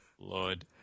lord